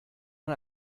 man